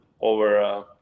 over